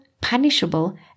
punishable